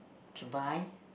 to buy